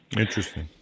Interesting